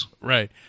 right